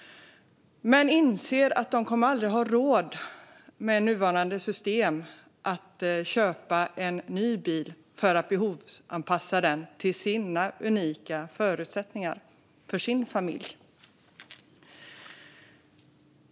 Men de inser att med nuvarande system kommer de aldrig att ha råd att köpa en ny bil för att behovsanpassa den till sin familjs unika förutsättningar.